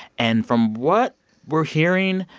and from what we're hearing,